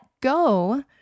go